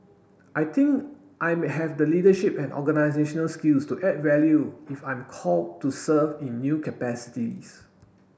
I think I may have the leadership and organisational skills to add value if I'm call to serve in new capacities